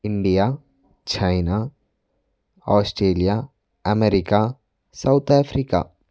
India China Australia America South Africa